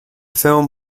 film